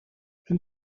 een